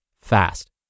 fast